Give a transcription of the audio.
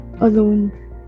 alone